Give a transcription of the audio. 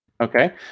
Okay